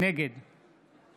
נגד